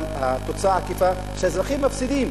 אבל התוצאה העקיפה היא שהאזרחים מפסידים.